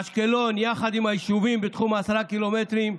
אשקלון יחד עם היישובים בתחום 10 ק"מ.